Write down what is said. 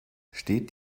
steht